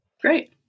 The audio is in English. Great